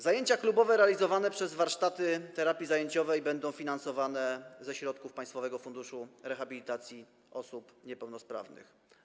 Zajęcia klubowe realizowane przez warsztaty terapii zajęciowej będą finansowane ze środków Państwowego Funduszu Rehabilitacji Osób Niepełnosprawnych.